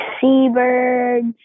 seabirds